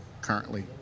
currently